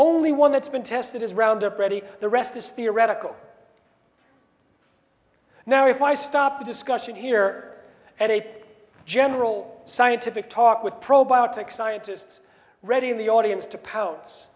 only one that's been tested is roundup ready the rest is theoretical now if i stop the discussion here at a general scientific talk with probiotics scientists ready in the audience to poun